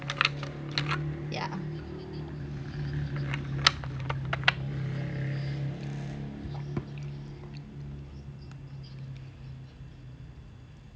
yeah